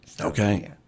okay